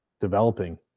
developing